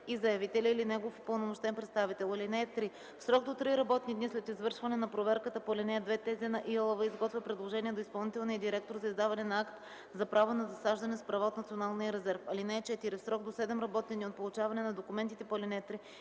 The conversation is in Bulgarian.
и заявителя или негов упълномощен представител. (3) В срок до три работни дни след извършване на проверката по ал. 2 ТЗ на ИАЛВ изготвя предложение до изпълнителния директор за издаване на акт за право на засаждане с права от Националния резерв. (4) В срок до 7 работни дни от получаване на документите по ал. 3